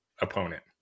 opponent